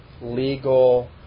legal